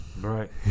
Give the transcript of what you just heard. Right